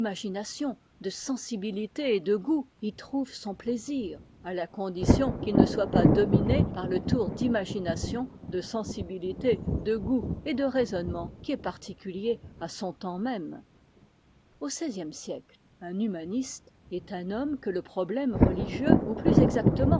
de sensibilité et dégoût y trouve son plaisir à la condition qu'il ne soit pas dominé par le tour d'imagination de sensibilité de goût et de raisonnement qui est particulier à son temps même au xvie siècle un humaniste est un homme que le problème religieux ou plus